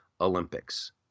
Olympics